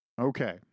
Okay